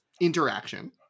interaction